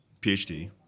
PhD